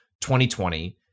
2020